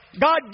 God